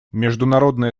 международное